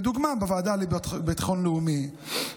לדוגמה בוועדה לביטחון לאומי,